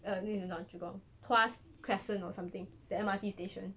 uh I mean not jurong tuas crescent or something the M_R_T station